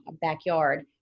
backyard